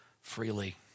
freely